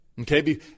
okay